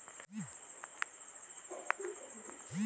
कुकरी उपर कोनो कुकुर, बिलई ह हमला झन कर सकय कहिके एला पोठ बनाए जाथे